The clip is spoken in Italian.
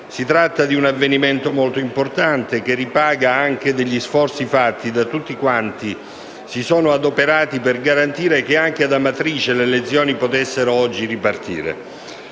Si tratta di un avvenimento molto importante, che ripaga anche degli sforzi fatti da tutti coloro che si sono adoperati per garantire che, anche ad Amatrice, le lezioni potessero oggi ripartire.